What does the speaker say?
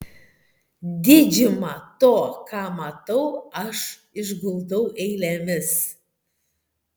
didžiumą to ką matau aš išguldau eilėmis